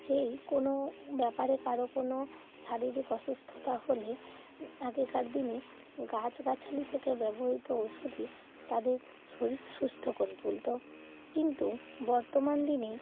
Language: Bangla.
সেই কোনও ব্যাপারে কারও কোনও শারীরিক অসুস্থতা হলে আগেকার দিনে গাছগাছালি থেকে ব্যবহৃত ওষুধই তাদের শরীর সুস্থ করে তুলতো কিন্তু বর্তমান দিনে